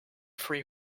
free